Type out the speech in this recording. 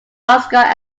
oscar